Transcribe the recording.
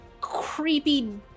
creepy